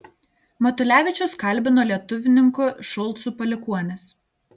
matulevičius kalbino lietuvininkų šulcų palikuonis